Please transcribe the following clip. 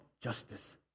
justice